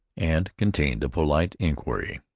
and contained the polite inquiry,